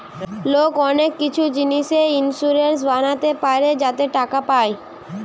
লোক অনেক কিছু জিনিসে ইন্সুরেন্স বানাতে পারে যাতে টাকা পায়